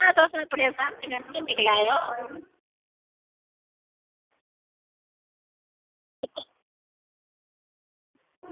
आं तुस मिगी अपने स्हाब कन्नै करी लैयो